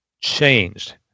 changed